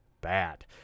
bad